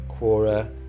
Quora